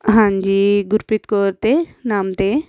ਹਾਂਜੀ ਗੁਰਪ੍ਰੀਤ ਕੌਰ ਤੇ ਨਾਮ 'ਤੇ